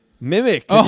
Mimic